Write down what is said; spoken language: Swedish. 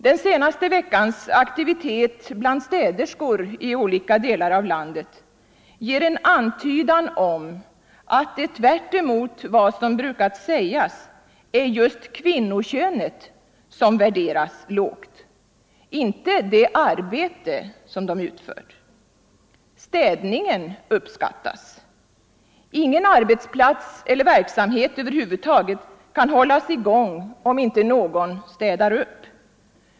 Den senaste veckans aktivitet bland städerskor i olika delar av landet ger en antydan om att det tvärtemot vad som brukar sägas är just kvinnokönet som värderas lågt — inte det arbete som kvinnorna utför. Städningen uppskattas — ingen arbetsplats eller verksamhet över huvud taget kan hållas i gång om inte någon städar.